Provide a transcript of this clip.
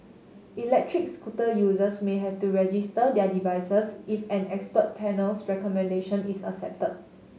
electric scooter users may have to register their devices if an expert panel's recommendation is accepted